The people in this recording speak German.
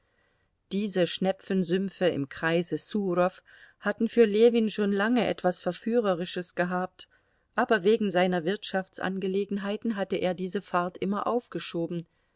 diese schnepfensümpfe im kreise surow hatten für ljewin schon lange etwas verführerisches gehabt aber wegen seiner wirtschaftsangelegenheiten hatte er diese fahrt immer aufgeschoben